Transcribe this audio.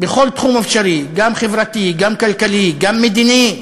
בכל תחום אפשרי, גם חברתי, גם כלכלי, גם מדיני,